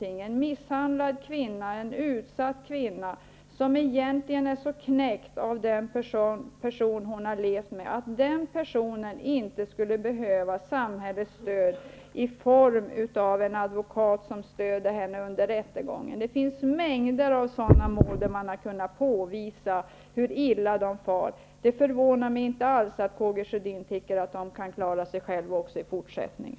en misshandlad och utsatt kvinna som är så knäckt av den person som hon har levt tillsammans med inte skulle behöva samhällets stöd i form av en advokat som stöder henne under rättegången kan jag inte förstå. Det finns mängder av sådana mål där man har kunnat påvisa hur illa dessa kvinnor far. Det förvånar mig inte alls att Karl Gustaf Sjödin tycker att de kan klara sig själva också i fortsättningen.